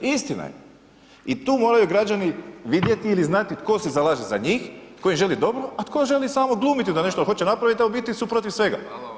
Istina je i tu moraju građani vidjeti ili znati tko se zalaže za njih, tko im želi dobro, a tko želi samo glumiti da nešto hoće napravit, a u biti su protiv svega.